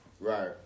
Right